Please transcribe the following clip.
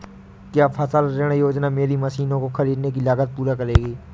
क्या फसल ऋण योजना मेरी मशीनों को ख़रीदने की लागत को पूरा करेगी?